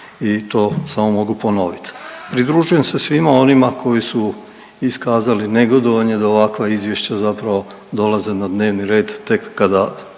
i to mogu samo ponovit. Pridružujem se svima onima koji su iskazali negodovanje da ovakva izvješća zapravo dolaze na dnevni red tek kada